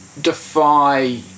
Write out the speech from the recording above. defy